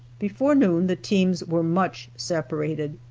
before noon the teams were much separated.